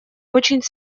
очень